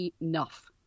enough